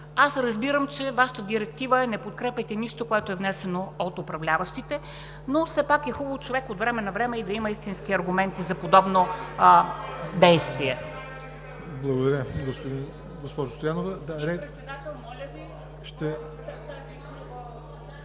Аз разбирам, че Вашата директива е: „Не подкрепяйте нищо, което е внесено от управляващите“, но все пак е хубаво човек от време на време и да има истински аргументи за подобно действие.